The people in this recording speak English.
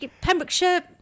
Pembrokeshire